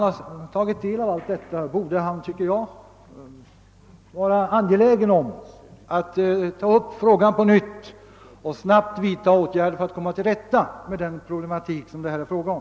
Sedan finansministern sett verkningarna borde han enligt min mening vara angelägen om att ta upp frågan på nytt och snabbt vidta åtgärder för att komma till rätta med den problematik som det här är fråga om.